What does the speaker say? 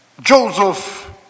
Joseph